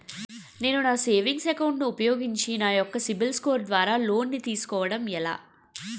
నేను నా savings account ను ఉపయోగించి నా యెక్క సిబిల్ స్కోర్ ద్వారా లోన్తీ సుకోవడం ఎలా?